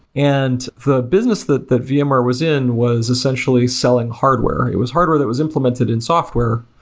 and the business that that vmware was in was essentially selling hardware. it was hardware that was implemented in software,